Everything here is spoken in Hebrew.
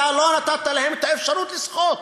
אתה לא נתת להם את האפשרות לשחות.